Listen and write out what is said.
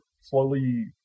slowly